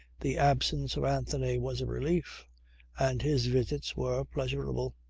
the absence of anthony was a relief and his visits were pleasurable.